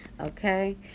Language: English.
Okay